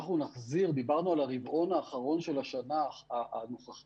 אנחנו נחזיר דיברנו על הרבעון האחרון של השנה הנוכחית